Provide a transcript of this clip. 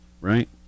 right